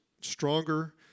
stronger